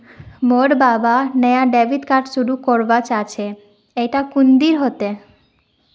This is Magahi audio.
मोर बाप नाया डेबिट कार्ड शुरू करवा चाहछेक इटा कुंदीर हतेक